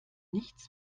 nichts